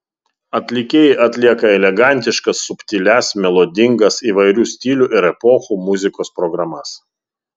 atlikėjai atlieka elegantiškas subtilias melodingas įvairių stilių ir epochų muzikos programas